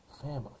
family